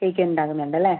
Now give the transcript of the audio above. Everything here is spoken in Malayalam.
കേക്ക് ഉണ്ടാക്കുന്നുണ്ട് അല്ലേ